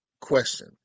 question